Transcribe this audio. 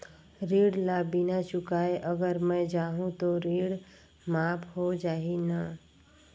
ऋण ला बिना चुकाय अगर मै जाहूं तो ऋण माफ हो जाही न?